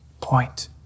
point